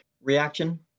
reaction